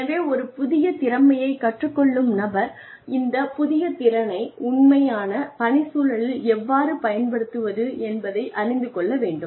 எனவே ஒரு புதிய திறமையை கற்றுக் கொள்ளும் நபர் இந்த புதிய திறனை உண்மையான பணிச்சூழலில் எவ்வாறு பயன்படுத்துவது என்பதை அறிந்து கொள்ள வேண்டும்